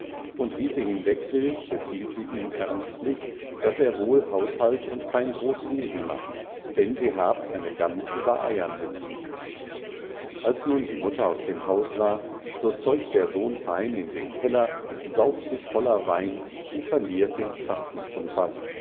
und wie sie hinweg will befiehlt sie ihm ernstlich daß er wohl haushalt und kein groß wesen mach denn sie hab eine gans über eiern sitzen als nun die mutter aus dem haus war so zeucht der sohn fein in den keller sauft sich voller weins und verliert den zapfen zum faß